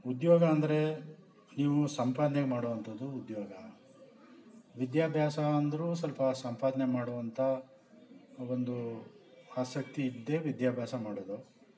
ಉದ್ಯೋಗ ಅಂದರೆ ನೀವು ಸಂಪಾದನೆ ಮಾಡುವಂಥದ್ದು ಉದ್ಯೋಗ ವಿದ್ಯಾಭ್ಯಾಸ ಅಂದರೂ ಸ್ವಲ್ಪ ಸಂಪಾದನೆ ಮಾಡುವಂಥ ಒಂದು ಆಸಕ್ತಿ ಇದ್ದೇ ವಿದ್ಯಾಭ್ಯಾಸ ಮಾಡೋದು